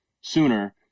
sooner